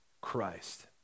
Christ